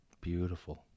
Beautiful